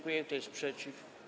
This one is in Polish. Kto jest przeciw?